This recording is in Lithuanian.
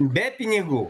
be pinigų